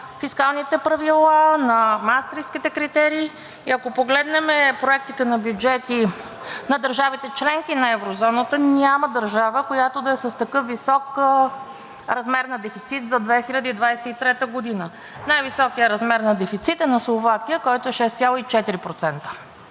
на фискалните правила, на Маастрихтските критерии. И ако погледнем проектите на бюджети на държавите – членки на еврозоната, няма държава, която да е с такъв висок размер на дефицит за 2023 г. Най-високият размер на дефицита е на Словакия, който е 6,4%.